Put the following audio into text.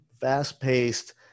fast-paced